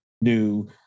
new